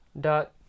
Dot